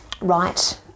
Right